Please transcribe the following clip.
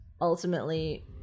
ultimately